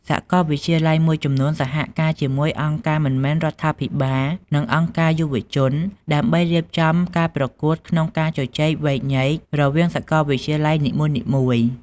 សាកលវិទ្យាល័យមួយចំនួនសហការជាមួយអង្គការមិនមែនរដ្ឋាភិបាល និងអង្គការយុវជន ដើម្បីរៀបចំការប្រកួតក្នុងការជជែកវែកញែករវាងសាកលវិទ្យាល័យនីមួយៗ។